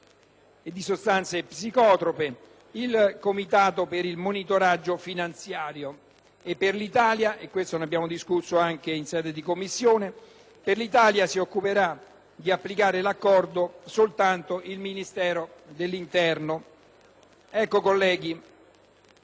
e di sostanze psicotrope, il Comitato per il monitoraggio finanziario. E per l'Italia? Ne abbiamo discusso anche in Commissione: per l'Italia si occuperà di applicare l'Accordo soltanto il Ministero dell'interno. Colleghi,